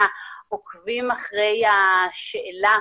אנו עוקבים אחרי השאלה,